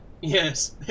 yes